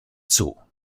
zoo